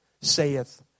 saith